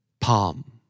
palm